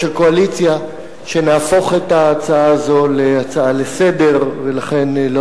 הקואליציה שנהפוך את ההצעה הזו להצעה לסדר-היום ולכן לא